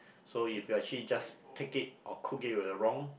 so if you actually just take it or cook it with the wrong